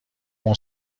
اون